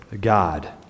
God